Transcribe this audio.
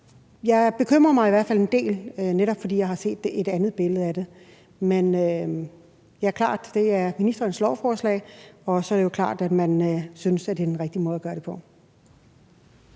Jeg bekymrer mig i hvert fald en del, netop fordi jeg har set et andet billede af det. Men det er klart, at det er ministerens lovforslag, og så er det klart, at man synes, det er den rigtige måde at gøre det på.